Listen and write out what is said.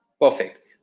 perfect